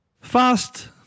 Fast